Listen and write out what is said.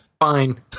Fine